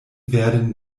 werden